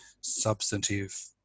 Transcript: substantive